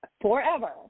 forever